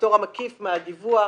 הפטור המקיף מהדיווח,